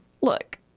Look